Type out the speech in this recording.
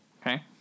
Okay